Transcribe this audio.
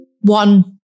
one